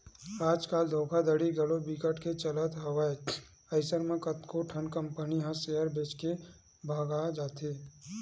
आज कल धोखाघड़ी घलो बिकट के चलत हवय अइसन म कतको ठन कंपनी ह सेयर बेच के भगा जाथे